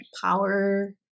power